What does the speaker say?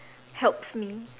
helps me